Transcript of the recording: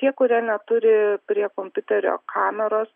tie kurie neturi prie kompiuterio kameros